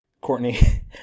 Courtney